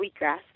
wheatgrass